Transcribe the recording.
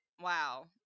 wow